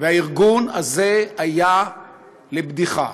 והארגון הזה היה לבדיחה,